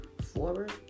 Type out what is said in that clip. forward